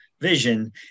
vision